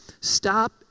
Stop